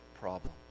problem